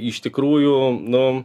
iš tikrųjų nu